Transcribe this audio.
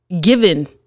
given